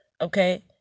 Okay